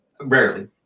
rarely